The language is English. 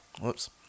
Whoops